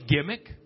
gimmick